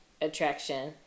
attraction